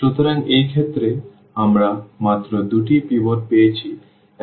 সুতরাং এই ক্ষেত্রে আমরা মাত্র দুটি পিভট পেয়েছি এবং তিনটি অজানা ছিল